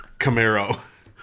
Camaro